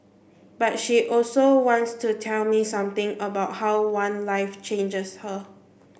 but she also wants to tell me something about how one life changes her